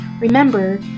remember